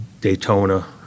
Daytona